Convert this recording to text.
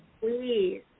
please